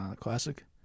Classic